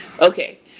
Okay